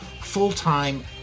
full-time